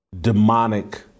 demonic